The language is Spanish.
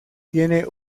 tiene